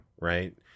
right